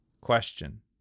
Question